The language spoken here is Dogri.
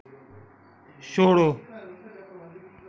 छोड़ो